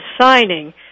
signing